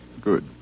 Good